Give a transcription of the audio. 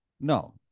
No